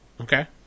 Okay